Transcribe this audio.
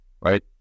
Right